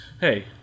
Hey